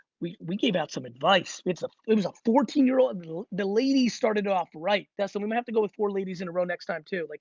we we gave out some advice. a fourteen year old and the lady started off right. dustin, we're gonna have to go with four ladies in a row next time too, like